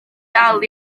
dal